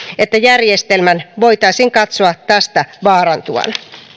että järjestelmän voitaisiin katsoa tästä vaarantuvan